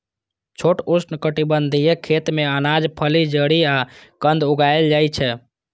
छोट उष्णकटिबंधीय खेत मे अनाज, फली, जड़ि आ कंद उगाएल जाइ छै